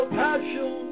passion